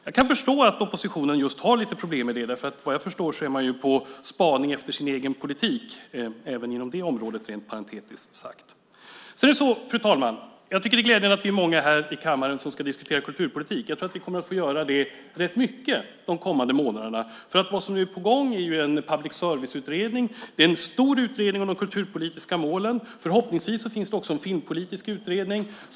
Jag kan förstå att oppositionen har lite problem just med det, därför att vad jag förstår är man på spaning efter sin egen politik - även inom det området, sagt rent parentetiskt. Fru talman! Jag tycker att det är glädjande att vi är många här i kammaren som ska diskutera kulturpolitik. Jag tror att vi kommer att få göra det rätt mycket de kommande månaderna. Vad som är på gång är ju en public service-utredning. Det är en stor utredning om de kulturpolitiska målen. Förhoppningsvis finns det också en filmpolitisk utredning.